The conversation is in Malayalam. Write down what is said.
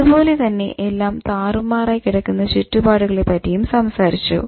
അത്പോലെ തന്നെ എല്ലാം താറുമാറായി കിടക്കുന്ന ചുറ്റുപാടുകളെ പറ്റിയും സംസാരിച്ചു